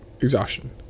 exhaustion